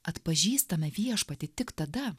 atpažįstame viešpatį tik tada